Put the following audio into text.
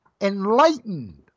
enlightened